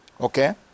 Okay